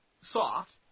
soft